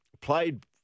played